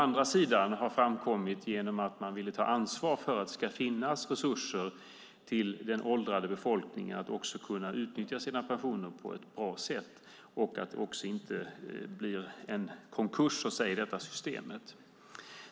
Den överenskommelsen har framkommit eftersom man velat ta ansvar för att det ska finnas resurser till den åldrande befolkningen, att den ska kunna utnyttja sin pension på ett bra sätt, och för att detta system inte så att säga ska drabbas av konkurs.